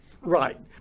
Right